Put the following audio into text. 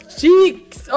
cheeks